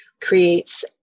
creates